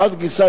מחד גיסא,